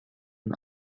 und